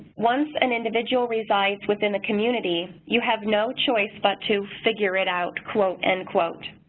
once an individual resides within a community, you have no choice but to figure it out, quote, end quote.